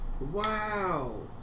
Wow